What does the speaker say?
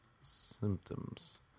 symptoms